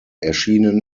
erschienen